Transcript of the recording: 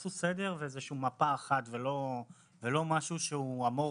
תעשו סדר ומפה אחת ולא משהו שהוא אמורפי.